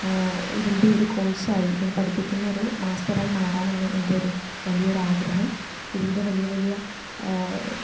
ഇതിൻ്റെ ഒരു കോച്ചായി ഇതിനു പഠിപ്പിക്കുന്ന ഒരു മാസ്റ്ററായി മാറാനാണ് എൻ്റെ ഒരു വലിയൊരാഗ്രഹം ഇതിൻ്റെ വലിയ വലിയ